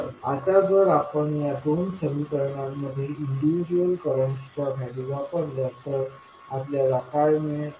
तर आता जर आपण या 2 दोन समीकरणांमध्ये इन्डिविजुअल करंटच्या व्हॅल्यू वापरल्या तर आपल्याला काय मिळेल